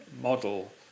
model